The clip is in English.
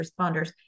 responders